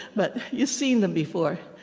but you've seen them before.